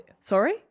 Sorry